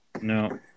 no